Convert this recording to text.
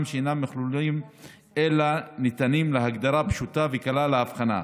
שאינם כלולים אלא ניתנים להגדרה פשוטה וקלה להבחנה,